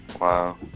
Wow